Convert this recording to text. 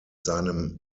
seinem